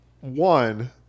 One